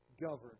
governed